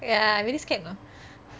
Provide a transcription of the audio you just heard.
ya I very scared you know